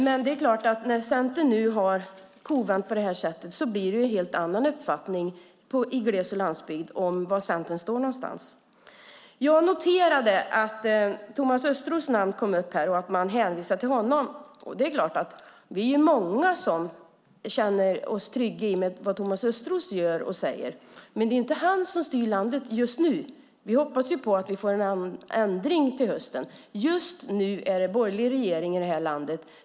Men det är klart att det när Centern nu har kovänt på det här sättet blir en helt annan uppfattning i gles och landsbygd om var Centern står någonstans. Jag noterade att Thomas Östros namn kom upp här och att man hänvisade till honom. Det är klart att vi är många som känner oss trygga med vad Thomas Östros gör och säger, men det är inte han som styr landet just nu. Vi hoppas på att vi får en ändring till hösten. Men just nu är det en borgerlig regering i det här landet.